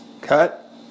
cut